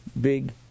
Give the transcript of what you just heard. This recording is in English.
big